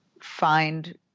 find